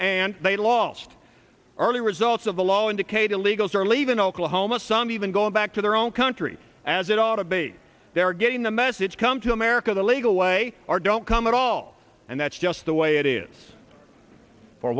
and they lost early results of the law indicate illegals are leaving oklahoma some even go back to their own countries as it ought to be they are getting the message come to america the legal way or don't come at all and that's just the way it is for